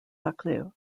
buccleuch